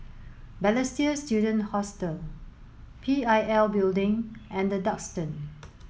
Balestier Student Hostel P I L Building and The Duxton